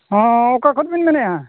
ᱦᱚᱸ ᱚᱠᱟ ᱠᱷᱚᱱ ᱵᱮᱱ ᱢᱮᱱᱮᱫᱼᱟ